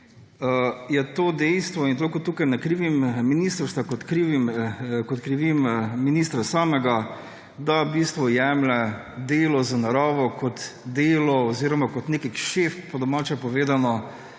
je to dejstvo in toliko tukaj ne krivim ministrstva kot krivim ministra samega, da v bistvu jemlje delo z naravo kot delo oziroma kot nek šef, po domače povedano,